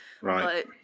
Right